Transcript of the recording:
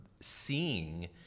seeing